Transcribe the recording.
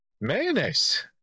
Mayonnaise